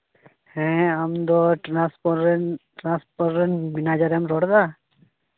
ᱦᱮᱸ ᱟᱢ ᱫᱚ ᱴᱨᱟᱱᱥᱯᱳᱨᱴ ᱨᱮᱱ ᱴᱨᱟᱱᱥᱯᱳᱨᱴ ᱨᱮᱱ ᱢᱮᱱᱮᱡᱟᱨᱮᱢ ᱨᱚᱲᱫᱟ